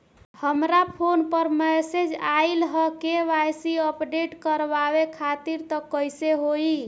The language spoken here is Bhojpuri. हमरा फोन पर मैसेज आइलह के.वाइ.सी अपडेट करवावे खातिर त कइसे होई?